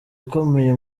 ukomeye